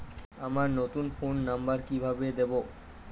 আমার নতুন phone number কিভাবে দিবো?